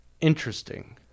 interesting